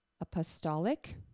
apostolic